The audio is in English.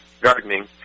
gardening –